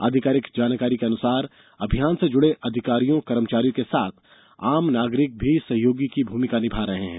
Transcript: आधिकारिक जानकारी के अनुसार अभियान से जुड़े अधिकारी कर्मचारियों के साथ आम नागरिक भी सहयोगी की भूमिका निभा रहे हैं